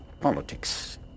Politics